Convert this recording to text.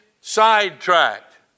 sidetracked